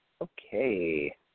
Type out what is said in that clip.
Okay